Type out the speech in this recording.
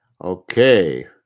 Okay